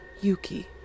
Yuki